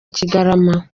kigarama